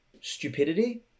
stupidity